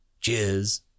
Cheers